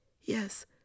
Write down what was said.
Yes